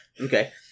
Okay